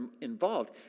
involved